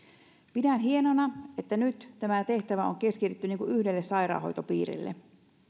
pidän hienona että nyt tämä tehtävä on keskitetty yhdelle sairaanhoitopiirille